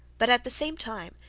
but at the same time,